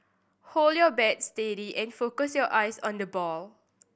hold your bat steady and focus your eyes on the ball